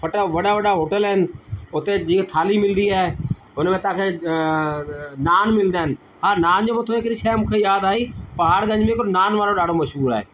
फटा वॾा वॾा दुकान आहिनि उते जीअं थाली मिलिंदी आहे उन में तव्हांखे नान मिलंदा आहिनि हा नान जे मथऊं हिकिड़ी शइ मूंखे यादि आई पहाड़गंज में हिकिड़ो नान वारो ॾाढो मशहूरु आहे